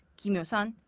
kim hyo-sun,